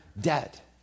debt